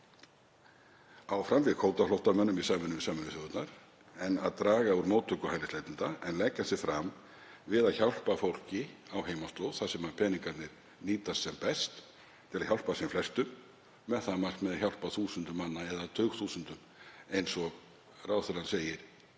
áfram við kvótaflóttamönnum í samvinnu við Sameinuðu þjóðirnar, draga úr móttöku hælisleitenda en leggja sig fram við að hjálpa fólki á heimaslóð þar sem peningarnir nýtast sem best til að hjálpa sem flestum með það að markmiði að hjálpa þúsundum manna eða tugþúsundum eins og ráðherrann segir